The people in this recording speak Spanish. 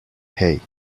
hey